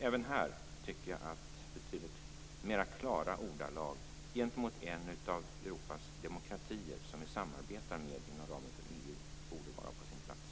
Även här tycker jag att betydligt klarare ordalag gentemot en av Europas demokratier, som vi samarbetar med inom ramen för EU, borde vara på sin plats.